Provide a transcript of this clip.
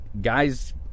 guys